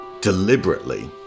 deliberately